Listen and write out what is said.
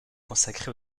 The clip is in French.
consacré